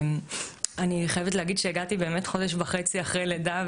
אני חייבת להגיד שהגעתי באמת חודש וחצי אחרי לידה,